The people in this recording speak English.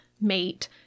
mate